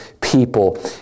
people